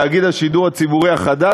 תאגיד השידור הציבורי החדש,